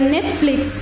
Netflix